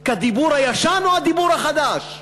כדיבור הישן או הדיבור החדש?